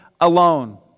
alone